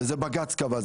וזה בג"צ קבע,